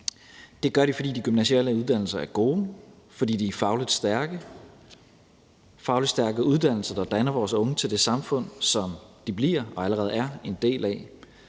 Det gør de, fordi de gymnasiale uddannelser er gode, og fordi det er fagligt stærke uddannelser, der danner vores unge til det samfund, som de bliver og allerede er en del af.